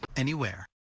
anywhere.